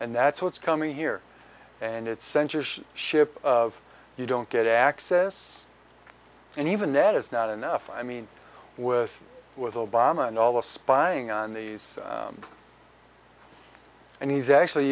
and that's what's coming here and it's censorship ship you don't get access and even net is not enough i mean with with obama and all the spying on these and he's actually